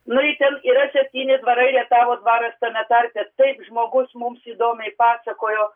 nu i ten yra septyni dvarai rietavo dvaras tame tarpe taip žmogus mums įdomiai pasakojo